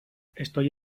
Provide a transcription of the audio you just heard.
estoy